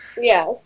Yes